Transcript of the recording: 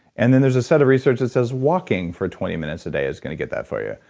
and then there's a set of research that says walking for twenty minutes a day is going to get that for you.